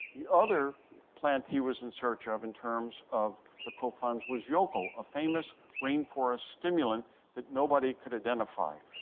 the other plant he was in search of in terms of the kofans was yoco, a famous rainforest stimulant that nobody could identify.